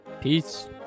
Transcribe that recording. Peace